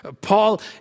Paul